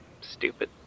stupid